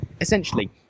Essentially